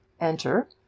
Enter